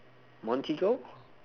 montigo